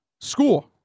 school